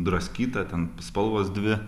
draskyta ten spalvos dvi